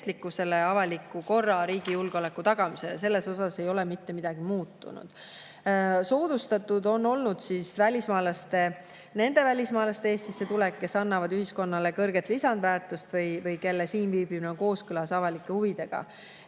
kestlikkusele ja avaliku korra, riigi julgeoleku tagamisele – selles osas ei ole mitte midagi muutunud. Soodustatud on olnud nende välismaalaste Eestisse tulek, kes annavad ühiskonnale kõrget lisandväärtust või kelle siinviibimine on kooskõlas avalike huvidega.